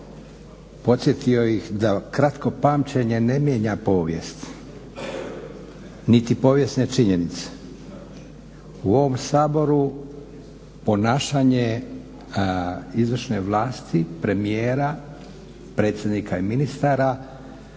podsjetio da kratko pamćenje ne mijenja povijest niti povijesne činjenice. U ovom Saboru ponašanje izvršne vlasti, premijera, predsjednika i ministara